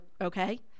Okay